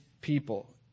people